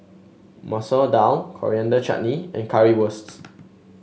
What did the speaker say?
Masoor Dal Coriander Chutney and Currywursts